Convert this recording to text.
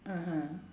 (uh huh)